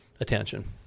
attention